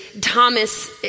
Thomas